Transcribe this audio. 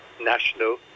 national